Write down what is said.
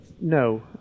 No